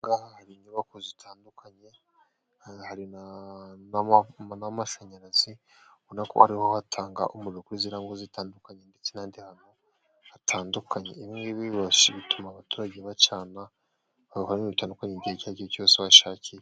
Hari inyubako zitandukanye, hari n'amashanyarazi. Ubona ko ariho batanga umuriro kuri ziriya ngo zitandukanye ndetse n'ahandi hantu hatandukanye. Ibi ngibi byoroshye, bituma abaturage bacana aho bitandukanye igihe icyo ari cyose bashakiye.